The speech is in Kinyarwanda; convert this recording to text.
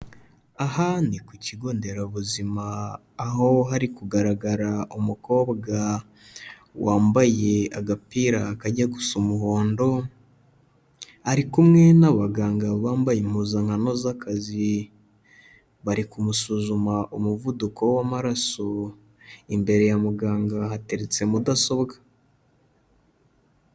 Aha ni ku kigo nderabuzima aho hari kugaragara umukobwa wambaye agapira kajya gusa umuhondo, ari kumwe n'abaganga bambaye impuzankano z'akazi, bari kumusuzuma umuvuduko w'amaraso, imbere ya muganga hateretse mudasobwa.